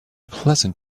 pleasant